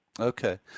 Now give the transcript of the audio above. Okay